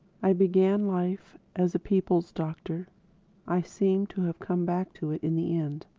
i began life as a people's doctor i seem to have come back to it in the end.